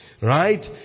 Right